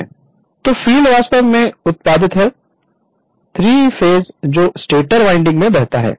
Refer Slide Time 0423 तो field वास्तव में उत्पादित है 3 फेस करंट जो स्टेटर वाइंडिंग में बहता है